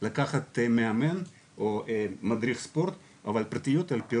לקחת מאמן או מדריך ספורט אבל פרטיות על פי